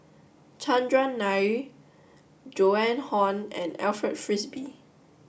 Chandran Nair Joan Hon and Alfred Frisby